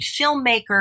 filmmaker